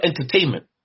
entertainment